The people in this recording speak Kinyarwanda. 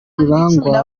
rurangwa